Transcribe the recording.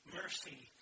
mercy